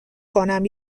کنم